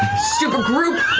stupid group.